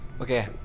Okay